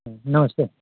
नमस्ते